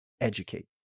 educate